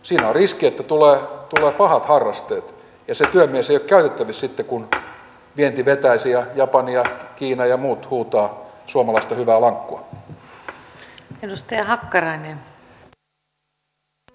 siinä on riski että tulee pahat harrasteet ja se työmies ei ole käytettävissä sitten kun vienti vetäisi ja japani ja kiina ja muut huutavat suomalaista hyvää lankkua